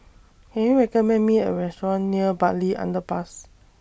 Can YOU recommend Me A Restaurant near Bartley Underpass